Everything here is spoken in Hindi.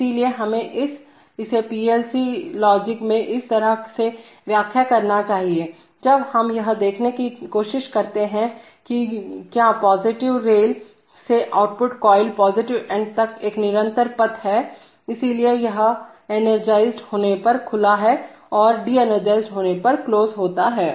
इसलिए हमें इसे पीएलसी लॉजिक में इस तरह से व्याख्या करना चाहिए जब हम यह देखने की कोशिश करते हैं कि क्या पॉजिटिव रेल से आउटपुट कॉइल पॉजिटिव एंड तक एक निरंतर पथ है इसलिए यह एनर्गीसेड होने पर खुला है और डीएनर्जाइजइड होने पर क्लोज होता है